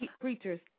preachers